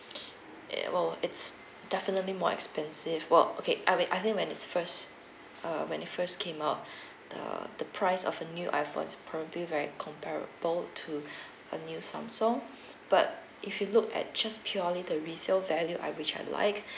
eh well it's definitely more expensive well okay I mean I think when it's first uh when it first came out the the price of a new iphone is probably very comparable to a new samsung but if you look at just purely the resale value I which I like